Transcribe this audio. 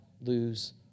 lose